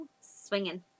Swinging